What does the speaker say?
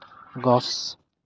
গছ